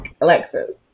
Alexis